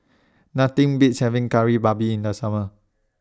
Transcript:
Nothing Beats having Kari Babi in The Summer